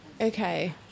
Okay